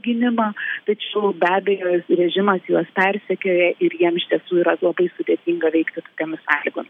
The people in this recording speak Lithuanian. gynimą tačiau be abejo režimas juos persekioja ir jiem iš tiesų yra labai sudėtinga veikti tokiomis sąlygomis